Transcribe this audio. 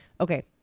Okay